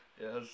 Yes